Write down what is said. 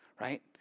right